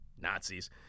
Nazis